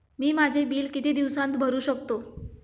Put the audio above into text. मी माझे बिल किती दिवसांत भरू शकतो?